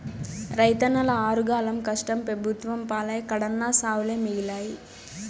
రైతన్నల ఆరుగాలం కష్టం పెబుత్వం పాలై కడన్నా సావులే మిగిలాయి